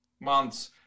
months